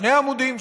שני עמודים,